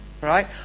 Right